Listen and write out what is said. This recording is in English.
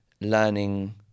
learning